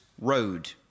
road